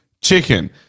Chicken